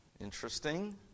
Interesting